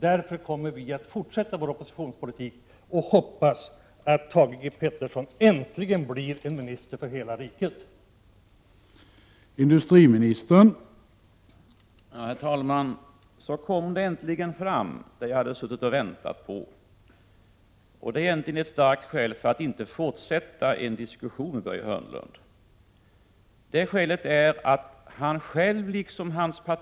Därför kommer vi att fortsätta vår oppositionspolitik, och vi hoppas att Thage G Peterson äntligen blir en minister för hela riket på hithörande